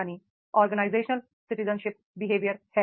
और organisational citizenship behaviour है